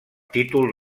títol